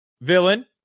villain